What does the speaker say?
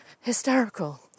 hysterical